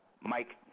Mike